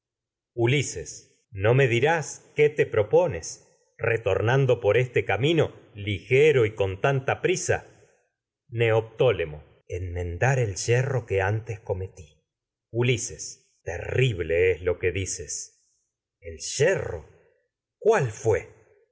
dirás qué y te propones retornando por este camino ligero con tanta prisa neoptólemo enmendar el lo yerro que antes cometí ulises terrible es que dices el yerro cuál fué